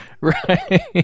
Right